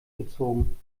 gezogen